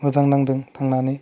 मोजां नांदों थांनानै